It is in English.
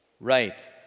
Right